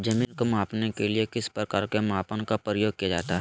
जमीन के मापने के लिए किस प्रकार के मापन का प्रयोग किया जाता है?